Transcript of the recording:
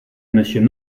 monsieur